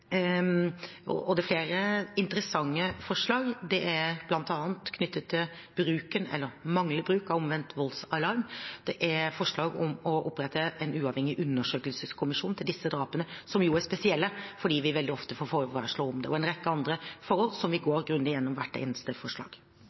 Det er flere interessante forslag. Det er bl.a. knyttet til manglende bruk av omvendt voldsalarm. Det er forslag om å opprette en uavhengig undersøkelseskommisjon for disse drapene, som jo er spesielle fordi vi veldig ofte får forvarsler om dem, og en rekke andre forhold. Vi går grundig igjennom hvert eneste forslag.